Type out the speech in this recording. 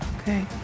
Okay